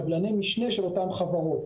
קבלני משנה של אותן חברות.